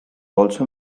also